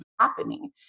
happening